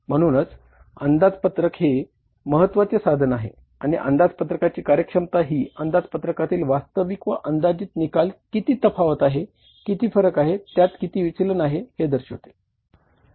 म्हणूनच अंदाजपत्रक हे महत्त्वाचे साधन आहे आणि अंदाजपत्रकाची कार्यक्षमता ही अंदाजपत्रकातील वास्तविक व अंदाजित निकालात किती तफावत आहे किती फरक आहे त्यात किती विचलन आहे हे दर्शवते